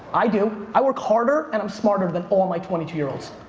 i do. i work harder, and um smarter, than all and my twenty two year olds.